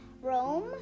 Rome